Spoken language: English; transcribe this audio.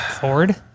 Ford